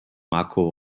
marco